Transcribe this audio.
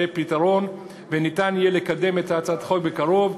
פתרון וניתן יהיה לקדם את הצעת החוק בקרוב.